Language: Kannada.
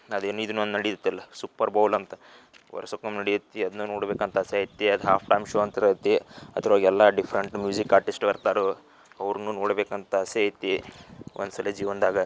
ಅದು ಏನು ಈ ದಿನ ಒಂದು ನಡೆಯುತ್ತಲ್ಲ ಸುಪ್ಪರ್ ಬೌಲ್ ಅಂತ ವರ್ಷಕ್ಕೊಮ್ ನಡಿಯುತ್ತೆ ಅದನ್ನ ನೊಡಬೇಕಂತ ಆಸೆ ಐತಿ ಅದು ಹಾಫ್ ಟೈಮ್ ಶೋ ಅಂತ ಇರ್ತೆ ಅದರಾಗೆಲ್ಲ ಡಿಫ್ರಂಟ್ ಮ್ಯೂಝಿಕ್ ಆರ್ಟಿಸ್ಟ್ ಬರ್ತಾರೆ ಅವ್ರ್ನೂ ನೋಡಬೇಕಂತ ಆಸೆ ಐತಿ ಒಂದು ಸಲ ಜೀವನದಾಗ